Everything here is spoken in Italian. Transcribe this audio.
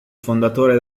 fondatore